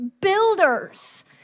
builders